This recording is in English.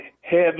heavy